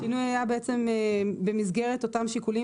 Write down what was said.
השינוי היה בעצם שבמסגרת אותם שיקולים